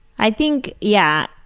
i think yeah,